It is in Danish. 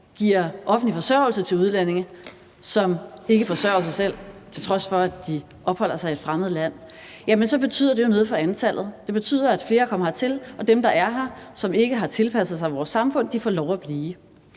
giver offentlig forsørgelse til udlændinge, som ikke forsørger sig selv, til trods for at de opholder sig i et fremmed land, så betyder det jo noget for antallet; det betyder, at flere kommer hertil, og at dem, der er her, og som ikke har tilpasset sig vores samfund, får lov at blive.